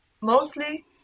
mostly